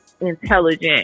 intelligent